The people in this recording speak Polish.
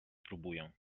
spróbuję